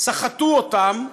סחטו אותם.